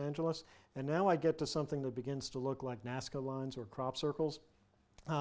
angeles and now i get to something that begins to look like nascar lines or crop circles